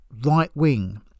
right-wing